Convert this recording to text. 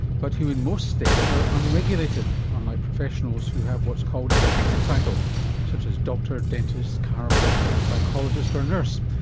but who in most states are unregulated, unlike professionals who have what's called a protected title such as doctor, dentist, chiropractor, psychologist, or nurse.